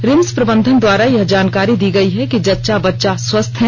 RIMS प्रबंधन द्वारा यह जानकारी दी गयी है कि जच्चा बच्चा स्वस्थ हैं